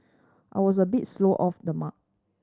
I was a bit slow off the mark